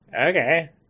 Okay